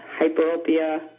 hyperopia